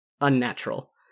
unnatural